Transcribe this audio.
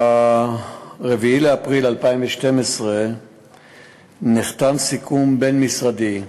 ב-4 באפריל 2012 נחתם סיכום בין-משרדי,